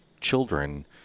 children